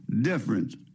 difference